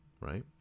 Right